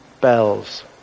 bells